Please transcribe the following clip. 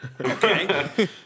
Okay